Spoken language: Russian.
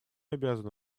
обязаны